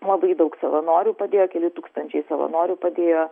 labai daug savanorių padėjo keli tūkstančiai savanorių padėjo